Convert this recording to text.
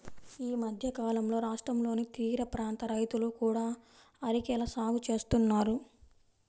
ఈ మధ్యకాలంలో రాష్ట్రంలోని తీరప్రాంత రైతులు కూడా అరెకల సాగు చేస్తున్నారు